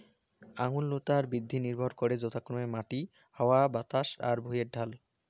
আঙুর লতার বৃদ্ধি নির্ভর করে যথাক্রমে মাটি, হাওয়া বাতাস আর ভুঁইয়ের ঢাল